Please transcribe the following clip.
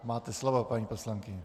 Máte slovo, paní poslankyně.